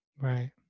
Right